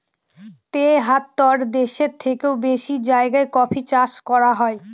তেহাত্তর দেশের থেকেও বেশি জায়গায় কফি চাষ করা হয়